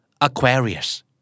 Aquarius